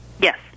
Yes